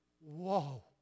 whoa